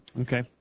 Okay